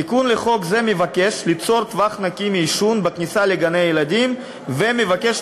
התיקון לחוק זה מבקש ליצור טווח נקי מעישון בכניסה לגני-הילדים ומבקש